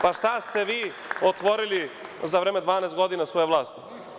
Pa, šta ste vi otvorili za vreme 12 godina svoje vlasti?